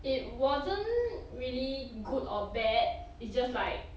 it wasn't really good or bad it's just like